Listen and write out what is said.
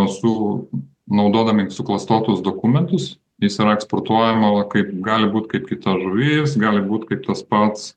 su naudodami suklastotus dokumentus jis yra eksportuojama kaip gali būti kaip kita žuvis gali būti kaip tas pats